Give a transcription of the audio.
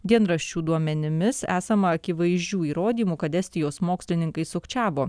dienraščių duomenimis esama akivaizdžių įrodymų kad estijos mokslininkai sukčiavo